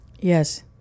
Yes